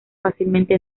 fácilmente